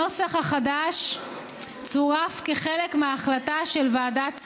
הנוסח החדש צורף כחלק מההחלטה של ועדת שרים.